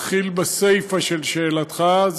אתחיל בסיפה של שאלתך,